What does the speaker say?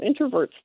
introverts